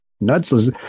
nuts